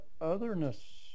otherness